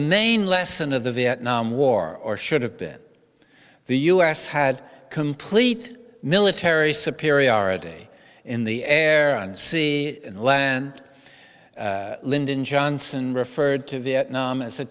main lesson of the vietnam war or should have been the us had complete military superiority in the air on sea and land lyndon johnson referred to vietnam as a